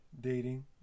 dating